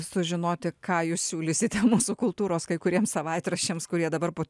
sužinoti ką jūs siūlysite mūsų kultūros kai kuriems savaitraščiams kurie dabar po